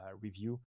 review